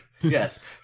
Yes